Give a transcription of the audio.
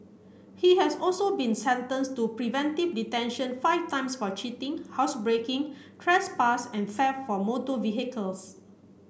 he has also been sentenced to preventive detention five times for cheating housebreaking trespass and theft of motor vehicles